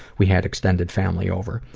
we had extended family over.